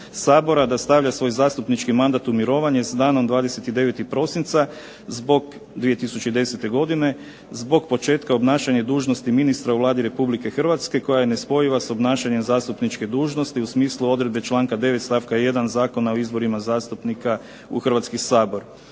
da stavlja svoj zastupnički mandat u mirovanje s danom 29. prosinca 2010. godine, zbog početka obnašanja dužnosti ministra u Vladi Republike Hrvatske, koja je nespojiva s obnašanjem zastupničke dužnosti u smislu odredbe članka 9. stavka 1. Zakona o izborima zastupnika u Hrvatski sabor.